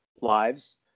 lives